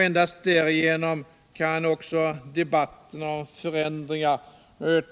Endast därigenom kan debatten om förändringar